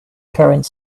current